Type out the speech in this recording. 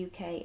UK